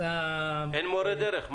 אין מורי דרך...